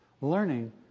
learning